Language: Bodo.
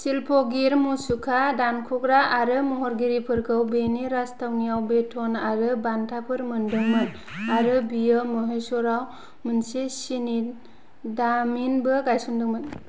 शिल्पगिर मुसुखा दानख'ग्रा आरो महरगिरिफोरखौ बेनि राजथावनियाव बेथन आरो बानथाफोर मोनदोंमोन आरो बियो महेशराव मोनसे सिनि दामिनबो गायसनदोंमोन